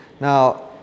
now